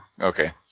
Okay